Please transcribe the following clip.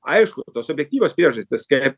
aišku tos objektyvios priežastys kaip